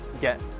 get